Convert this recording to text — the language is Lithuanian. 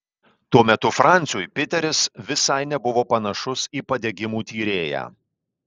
tuo metu franciui piteris visai nebuvo panašus į padegimų tyrėją